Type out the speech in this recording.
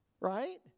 right